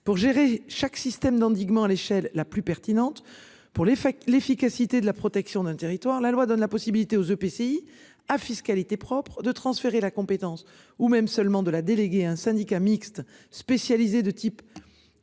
pour gérer chaque système d'endiguement l'échelle la plus pertinente pour les fêtes. L'efficacité de la protection d'un territoire la loi donne la possibilité aux EPCI à fiscalité propre de transférer la compétence ou même seulement de la déléguée un syndicat mixte spécialisée de type.